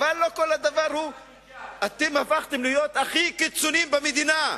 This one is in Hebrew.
אבל אתם הפכתם להיות הכי קיצוניים במדינה,